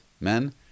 men